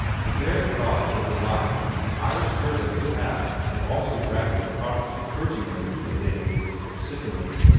the bare thought of the delight an irish servant would have in also dragging a protestant clergyman into the thing was sickening.